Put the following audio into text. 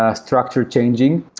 ah structure changing,